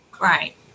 Right